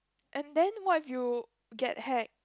and then why you get hack